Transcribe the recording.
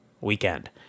weekend